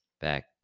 back